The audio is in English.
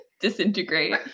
disintegrate